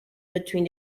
between